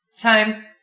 Time